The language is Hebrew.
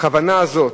הכוונה הזאת,